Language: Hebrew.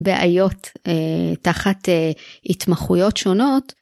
בעיות תחת התמחויות שונות.